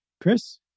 Chris